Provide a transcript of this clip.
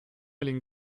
olin